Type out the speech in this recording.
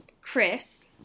Chris